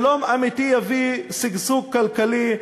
שלום אמיתי יביא שגשוג כלכלי.